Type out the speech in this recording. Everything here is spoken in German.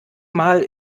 mal